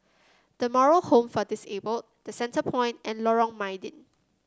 The Moral Home for Disabled The Centrepoint and Lorong Mydin